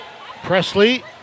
Presley